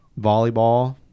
Volleyball